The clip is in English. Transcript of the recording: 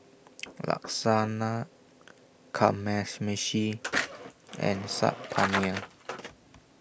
Lasagna Kamameshi and Saag Paneer